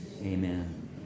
amen